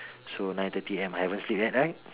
so nine thirty A_M I haven't sleep yet right